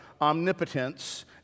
omnipotence